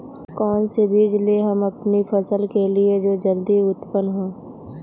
कौन सी बीज ले हम अपनी फसल के लिए जो जल्दी उत्पन हो?